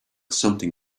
something